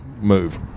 move